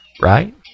right